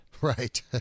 Right